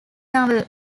novel